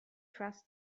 trust